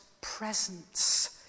presence